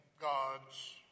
God's